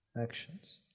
actions